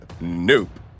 Nope